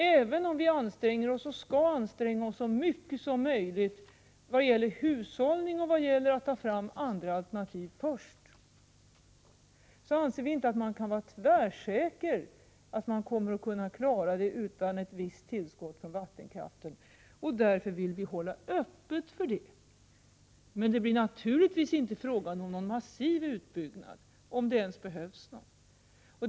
Även om vi anstränger oss och skall anstränga oss så mycket som möjligt vad gäller hushållning och vad gäller att ta fram andra alternativ först, anser vi inte att man kan vara tvärsäker på att klara kärnkraftsavvecklingen utan ett visst tillskott av vattenkraft. Därför vill vi hålla öppet för det. Men det blir naturligtvis inte frågan om någon massiv utbyggnad — om det ens behövs någon.